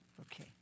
Okay